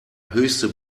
höchste